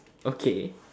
okay